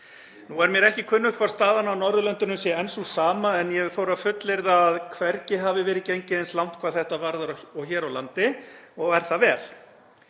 Nú er mér ekki kunnugt hvort staðan á Norðurlöndunum sé enn sú sama en ég þori að fullyrða að hvergi hafi verið gengið eins langt hvað þetta varðar og hér á landi og er það vel.